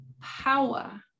power